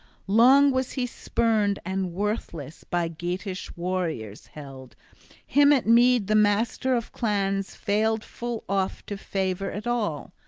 long was he spurned, and worthless by geatish warriors held him at mead the master-of-clans failed full oft to favor at all.